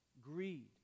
greed